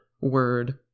Word